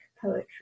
poetry